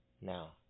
now